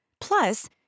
Plus